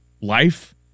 life